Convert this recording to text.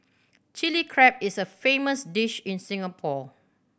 Chilli Crab is a famous dish in Singapore